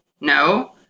No